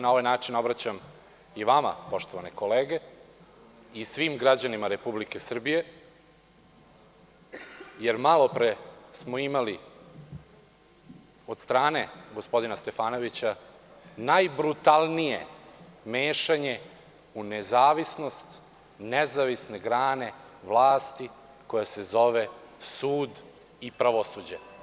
Na ovaj način se obraćam i vama, poštovane kolege, i svim građanima Republike Srbije, jer malopre smo imali od strane gospodina Stefanovića najbrutalnije mešanje u nezavisnost nezavisne grane vlasti koja se zove sud i pravosuđe.